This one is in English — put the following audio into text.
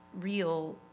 real